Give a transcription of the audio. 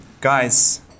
Guys